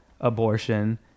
abortion